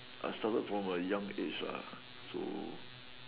I started from a young age lah so